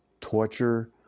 torture